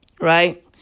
right